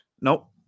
Nope